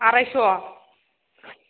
आरायस'